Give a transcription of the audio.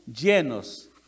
llenos